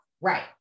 right